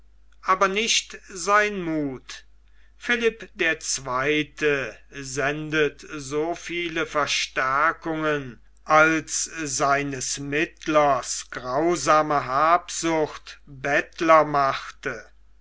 aber nicht sein muth philipp der zweite sendet ihm so viele verstärkungen zu als seines mittlers grausame habsucht bettler machte